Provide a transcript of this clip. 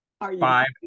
five